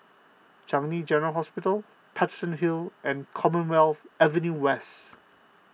Changi General Hospital Paterson Hill and Commonwealth Avenue West